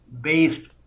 based